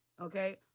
Okay